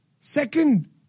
Second